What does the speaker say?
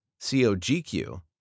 COGQ